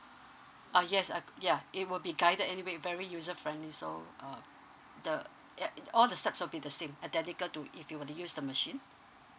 oh yes uh ya it will be guided anyway very user friendly so uh the app all the steps will be the same identical to if you were to use the machine